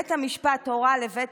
בית המשפט הורה לבית